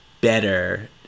better